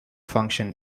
function